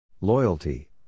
Loyalty